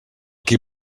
qui